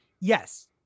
yes